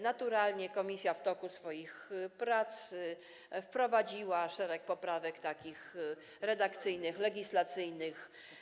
Naturalnie komisja w toku swoich prac wprowadziła szereg poprawek redakcyjnych, legislacyjnych.